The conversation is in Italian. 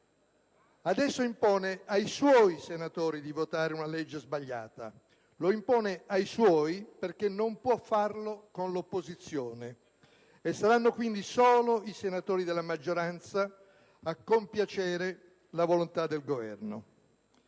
Adesso impone ai suoi senatori di votare una legge sbagliata. Lo impone ai suoi perché non può farlo con l'opposizione. Saranno quindi solo i senatori della maggioranza a compiacere la volontà del Governo.